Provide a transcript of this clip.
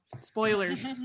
spoilers